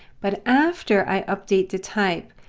but after i update the type,